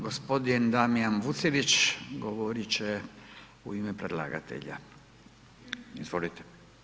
Gospodin Damjan Vucelić govorit će u ime predlagatelja, izvolite.